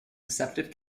deceptive